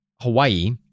Hawaii